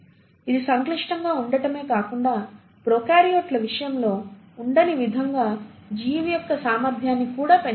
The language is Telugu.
ఇది సంక్లిష్టం గా ఉండటమే కాకుండా ప్రోకారియోట్ల విషయంలో ఉండని విధంగా జీవి యొక్క సామర్థ్యాన్ని కూడా పెంచుతుంది